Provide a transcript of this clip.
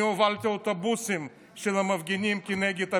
אני הובלתי אוטובוסים של המפגינים כנגד הפינוי.